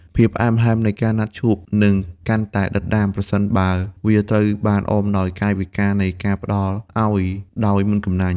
ភាពផ្អែមល្ហែមនៃការណាត់ជួបនឹងកាន់តែដិតដាម ប្រសិនបើវាត្រូវបានអមដោយកាយវិការនៃការផ្ដល់ឱ្យដោយមិនកំណាញ់។